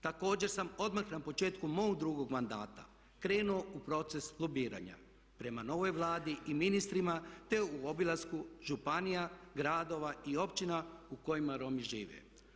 Također, sam odmah na početku mog drugog mandata krenuo u proces lobiranja prema novoj Vladi i ministrima, te u obilasku županija, gradova i općina u kojima Romi žive.